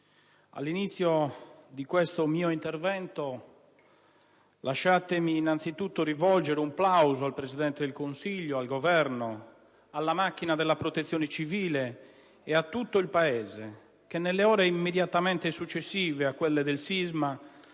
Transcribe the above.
all'inizio di questo mio intervento lasciatemi innanzitutto rivolgere un plauso al Presidente del Consiglio, al Governo, alla macchina della Protezione civile e a tutto il Paese che, nelle ore immediatamente successive a quelle del sisma,